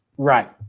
Right